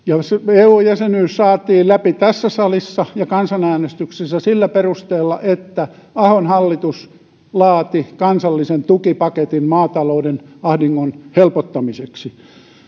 eu jäsenyys saatiin läpi tässä salissa ja kansanäänestyksessä sillä perusteella että ahon hallitus laati kansallisen tukipaketin maatalouden ahdingon helpottamiseksi